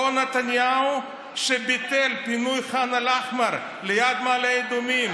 אותו נתניהו שביטל את פינוי ח'אן אל-אחמר ליד מעלה אדומים,